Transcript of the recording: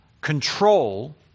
control